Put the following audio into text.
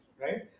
right